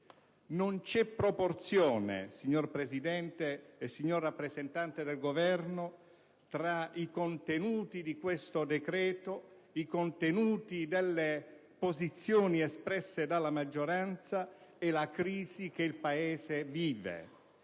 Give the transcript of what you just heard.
Non c'è proporzione, signor Presidente e signor rappresentante del Governo, tra i contenuti di questo decreto e delle posizioni espresse dalla maggioranza e la crisi che il Paese vive;